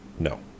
No